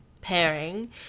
pairing